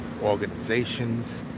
organizations